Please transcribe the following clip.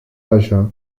halla